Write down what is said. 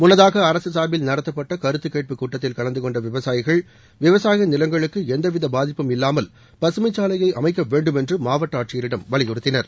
முன்னதாக அரசு சார்பில் நடத்தப்பட்ட கருத்துக்கேட்பு கூட்டத்தில் கலந்து கொண்ட விவசாயிகள் விவசாய நிலங்களுக்கு எந்தவித பாதிப்பும் இல்லாமல் பசுமைச்சாலையை அமைக்க வேண்டுமென்று மாவட்ட ஆட்சியரிடம் வலியுறுத்தினர்